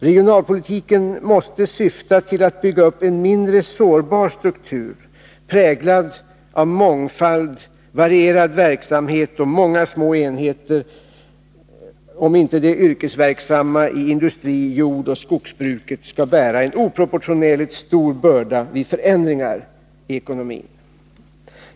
Regionalpolitiken måste syfta till att bygga upp en mindre sårbar struktur, präglad av mångfald, varierad verksamhet och många, små enheter, om inte de yrkesverksamma i industri, jordoch skogsbruket skall bära en oproportionellt stor börda vid förändringar i ekonomin.